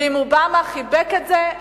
ואם אובמה חיבק את זה,